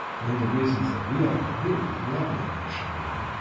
one of the reasons that we all really love northern shaolin,